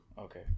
Okay